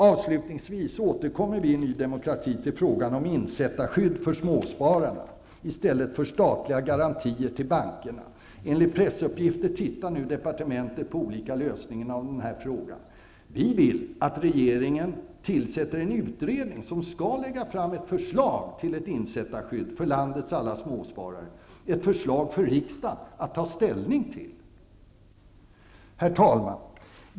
Avslutningsvis vill jag säga att vi i Ny demokrati återkommer till frågan om insättarskydd för småspararna i stället för statliga garantier till bankerna. Enligt pressuppgifter tittar departementet nu på olika lösningar av den här frågan. Vi vill att regeringen tillsätter en utredning som har att lägga fram förslag till ett insättarskydd för landets alla småsparare -- ett förslag som riksdagen har att ta ställning till. Herr talman!